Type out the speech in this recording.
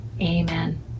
amen